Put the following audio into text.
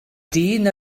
dyn